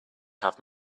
have